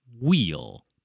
wheel